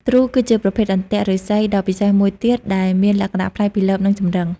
ទ្រូ គឺជាប្រភេទអន្ទាក់ឫស្សីដ៏ពិសេសមួយទៀត ដែលមានលក្ខណៈប្លែកពីលបនិងចម្រឹង។